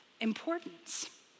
importance